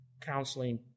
counseling